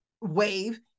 wave